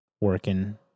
working